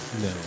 No